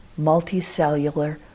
multicellular